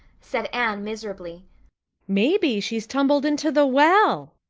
said anne miserably maybe she's tumbled into the well,